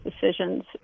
decisions